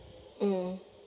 mm